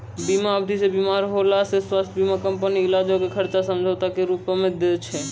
बीमा अवधि मे बीमार होला से स्वास्थ्य बीमा कंपनी इलाजो के खर्चा समझौता के रूपो मे दै छै